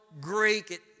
Greek